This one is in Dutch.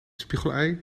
spiegelei